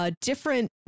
Different